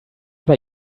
bei